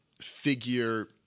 figure